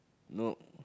no